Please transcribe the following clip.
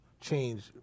change